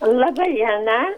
laba diena